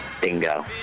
Bingo